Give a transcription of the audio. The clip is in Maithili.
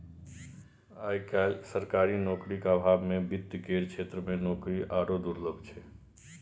आय काल्हि सरकारी नौकरीक अभावमे वित्त केर क्षेत्रमे नौकरी आरो दुर्लभ छै